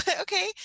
Okay